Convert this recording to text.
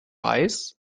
reis